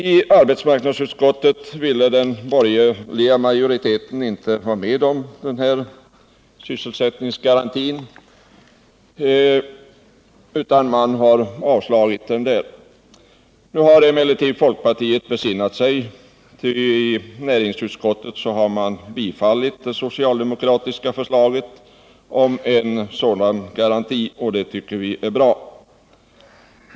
I arbetsmarknadsutskottet ville den borgerliga majoriteten inte vara med om denna sysselsättningsgaranti, utan man avstyrkte den. Nu har emellertid folkpartiet besinnat sig, ty i näringsutskottet har man anslutit sig till det socialdemokratiska förslaget om en sådan garanti, och det är bra.